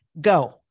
Go